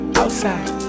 outside